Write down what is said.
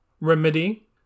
remedy